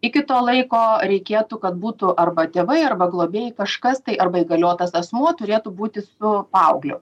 iki to laiko reikėtų kad būtų arba tėvai arba globėjai kažkas tai arba įgaliotas asmuo turėtų būti su paaugliu